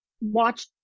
watch